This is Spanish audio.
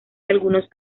algunos